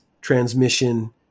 transmission